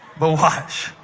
but watch.